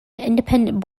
independent